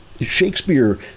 Shakespeare